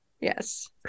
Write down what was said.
Yes